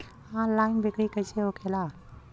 Online बिक्री कैसे होखेला?